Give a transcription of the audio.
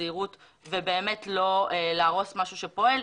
זהירות ובאמת לא להרוס משהו שפועל.